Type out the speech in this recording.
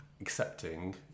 accepting